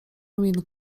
minut